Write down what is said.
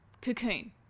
Cocoon